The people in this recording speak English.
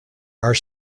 are